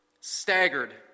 Staggered